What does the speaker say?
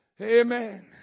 Amen